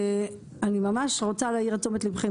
אני ממש רוצה להעיר את תשומת ליבכם.